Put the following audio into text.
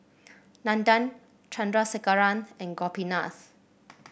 Nandan Chandrasekaran and Gopinath